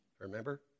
Remember